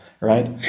right